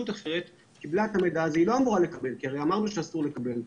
אחרת קיבלה את המידע הזה שהיא לא אמורה לקבל כי הרי אמרנו שאסור לקבל.